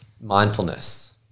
Mindfulness